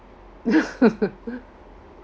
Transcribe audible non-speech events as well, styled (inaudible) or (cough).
(laughs)